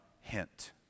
hint